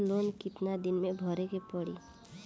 Loan कितना दिन मे भरे के पड़ी?